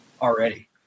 already